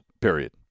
Period